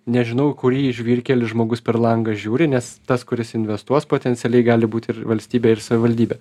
nežinau į kurį žvyrkelį žmogus per langą žiūri nes tas kuris investuos potencialiai gali būt ir valstybė ir savivaldybė